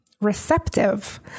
receptive